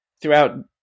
throughout